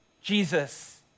Jesus